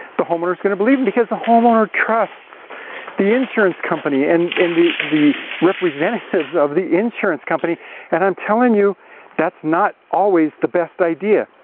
the homeowner is going to believe him, because the homeowner trusts the insurance company and and the, the representatives of the insurance company and i'm telling you that's not always the best idea.